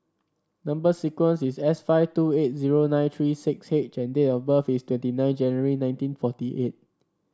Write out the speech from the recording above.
number sequence is S five two eight zero nine three six H and date of birth is twenty nine January nineteen forty eight